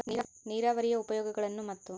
ನೇರಾವರಿಯ ಉಪಯೋಗಗಳನ್ನು ಮತ್ತು?